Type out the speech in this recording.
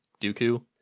Dooku